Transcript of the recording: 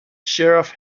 sheriff